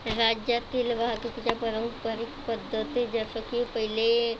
राज्यातील वाहतुकीच्या पारंपरीक पद्धती जसे की पहिले